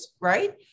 right